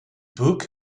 book